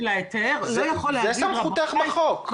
זו סמכותך בחוק.